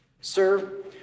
Sir